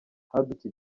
hadutse